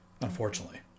unfortunately